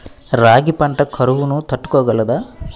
రాగి పంట కరువును తట్టుకోగలదా?